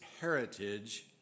heritage